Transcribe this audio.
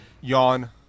yawn